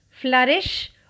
flourish